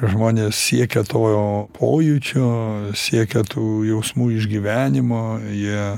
žmonės siekia tojo pojūčio siekia tų jausmų išgyvenimo jie